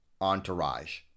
entourage